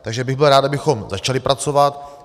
Takže bych byl rád, abychom začali pracovat.